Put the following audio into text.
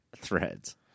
threads